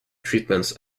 treatments